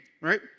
Right